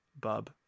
bub